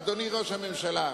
אדוני ראש הממשלה,